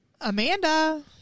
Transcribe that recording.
Amanda